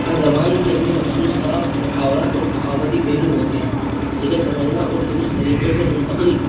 ہر زبان کی اپنی مخصوص ساخت محاورات اور ثقافتی پہلو ہوتے ہیں جنہیں سمجھنا اور درست طریقے سے منتقل